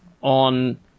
on